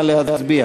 נא להצביע.